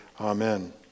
Amen